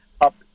up